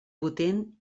potent